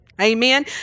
Amen